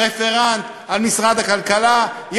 רפרנט משרד הכלכלה,